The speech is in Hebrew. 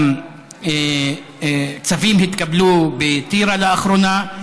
צווים התקבלו בטירה לאחרונה,